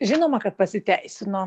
žinoma kad pasiteisino